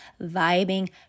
vibing